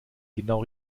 genau